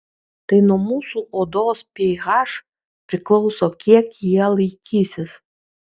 tai nuo mūsų odos ph priklauso kiek jie laikysis